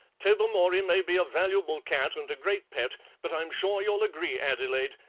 tobermory may be a valuable cat and a great pet but i'm sure you'll agree, adelaide,